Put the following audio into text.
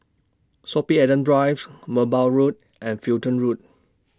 Sorby Adams Drive Merbau Road and Fulton Road